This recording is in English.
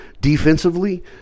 defensively